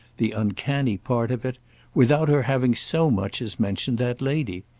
the uncanny part of it without her having so much as mentioned that lady.